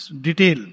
detail